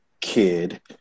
kid